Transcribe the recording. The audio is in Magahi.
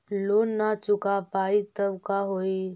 लोन न चुका पाई तब का होई?